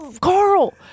Carl